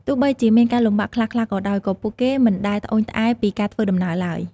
ទោះបីជាមានការលំបាកខ្លះៗក៏ដោយក៏ពួកគេមិនដែលត្អូញត្អែរពីការធ្វើដំណើរឡើយ។